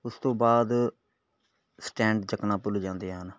ਉਸ ਤੋਂ ਬਾਅਦ ਸਟੈਂਡ ਚੁੱਕਣਾ ਭੁੱਲ ਜਾਂਦੇ ਹਨ